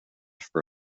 for